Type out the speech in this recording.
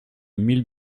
mille